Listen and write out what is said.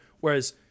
whereas